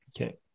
Okay